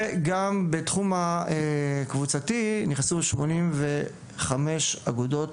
וגם בתחום הקבוצתי נכנסו שמונים וחמש אגודות,